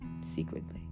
secretly